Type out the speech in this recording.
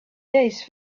days